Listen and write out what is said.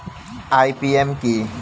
IPM কি?